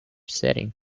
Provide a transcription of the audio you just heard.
setting